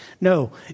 No